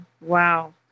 Wow